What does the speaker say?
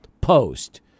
post